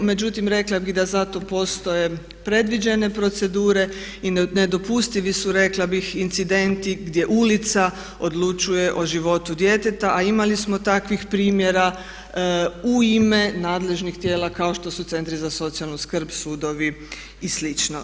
Međutim, rekla bih da za to postoje predviđene procedure i nedopustivi su rekla bih incidenti gdje ulica odlučuje o životu djeteta, a imali smo takvih primjera u ime nadležnih tijela kao što su centri za socijalnu skrb, sudovi i slično.